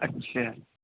اچھا